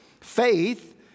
Faith